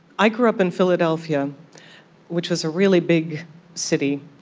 i grew up in philadelphia which is a really big city,